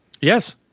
Yes